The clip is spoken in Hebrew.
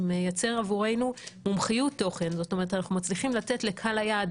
אנחנו מצליחים לתת לקהל היעד